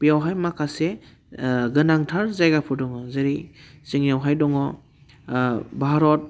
बेयावहाय माखासे गोनांथार जायगाफोर दङ जेरै जोंनियावहाय दङ भारत